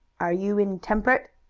are you intemperate?